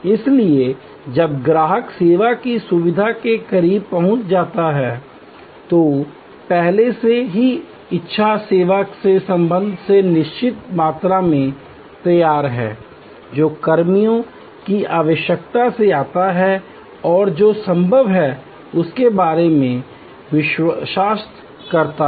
इसलिए जब ग्राहक सेवा की सुविधा के करीब पहुंच रहा है तो पहले से ही इच्छा सेवा के संबंध में निश्चित मात्रा में तैयार है जो कर्मियों की आवश्यकता से आता है और जो संभव है उसके बारे में विश्वास करता है